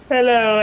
Hello